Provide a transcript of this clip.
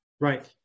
Right